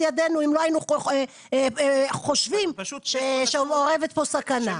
ידינו אם לא היינו חושבים שמעורבת פה סכנה.